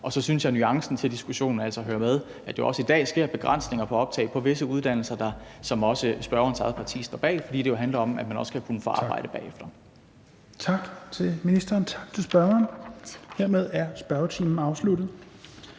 Og så synes jeg, at nuancen til diskussionen altså hører med, at der også i dag sker begrænsninger på optag på visse uddannelser, som også spørgerens eget parti står bag, fordi det jo handler om, at man også skal kunne få arbejde bagefter. Kl. 14:06 Fjerde næstformand (Rasmus Helveg